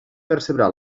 percebrà